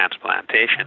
transplantation